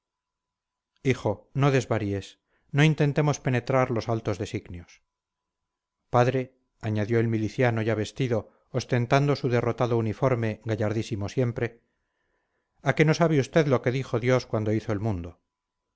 hijo no desvaríes no intentemos penetrar los altos designios padre añadió el miliciano ya vestido ostentando su derrotado uniforme gallardísimo siempre a que no sabe usted lo que dijo dios cuando hizo el mundo